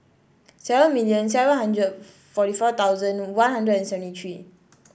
seven million seven hundred forty four thousand One Hundred and seventy three